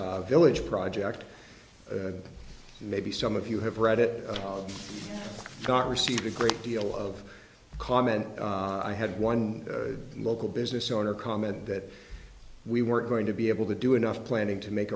village project maybe some of you have read it got received a great deal of comment i had one local business owner commented that we weren't going to be able to do enough planning to make